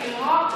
"עמיתים לנוער",